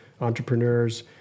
entrepreneurs